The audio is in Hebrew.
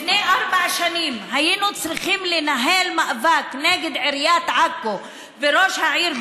לפני ארבע שנים היינו צריכים לנהל מאבק נגד עיריית עכו וראש העיר,